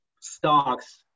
stocks